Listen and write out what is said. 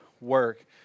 work